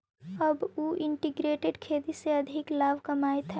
अब उ इंटीग्रेटेड खेती से अधिक लाभ कमाइत हइ